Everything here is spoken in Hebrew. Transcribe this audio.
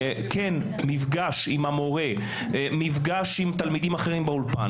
כן מפגש עם המורה, עם תלמידים אחרים באולפן